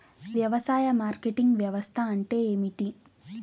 వ్యవసాయ మార్కెటింగ్ వ్యవస్థ అంటే ఏమిటి?